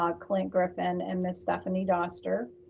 ah clint griffin and ms. stephanie doster,